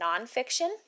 nonfiction